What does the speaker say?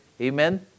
Amen